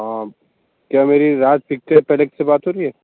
हाँ क्या मेरी राज पिक्चर पैलेस से बात हो रही है